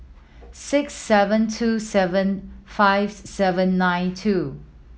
six seven two seven five seven nine two